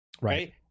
right